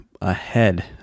ahead